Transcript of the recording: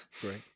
Great